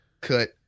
cut